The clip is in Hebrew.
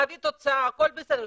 מביא תוצאה, הכל בסדר.